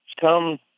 Come